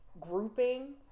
grouping